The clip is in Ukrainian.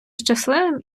щасливим